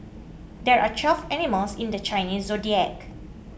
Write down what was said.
there are twelve animals in the Chinese zodiac